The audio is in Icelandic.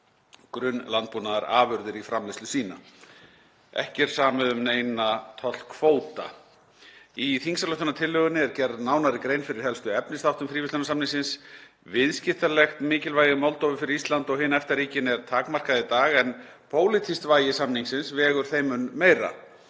grunnlandbúnaðarafurðir í framleiðslu sína. Ekki er samið um neina tollkvóta. Í þingsályktunartillögunni er gerð nánari grein fyrir helstu efnisþáttum fríverslunarsamningsins. Viðskiptalegt mikilvægi Moldóvu fyrir Ísland og hin EFTA-ríkin er takmarkað í dag en pólitískt vægi samningsins vegur þeim mun meira.